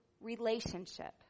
relationship